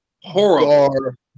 Horrible